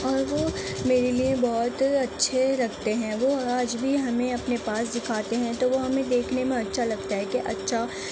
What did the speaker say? اور وہ میرے لیے بہت اچھے رکھتے ہیں وہ آج بھی ہمیں اپنے پاس دکھاتے ہیں تو وہ ہمیں دیکھنے میں اچھا لگتا ہے کہ اچھا